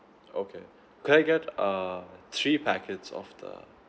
okay could I get err three packets of the